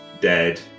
dead